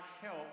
help